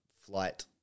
flight